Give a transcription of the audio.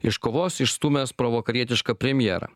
iš kovos išstūmęs provakarietišką premjerą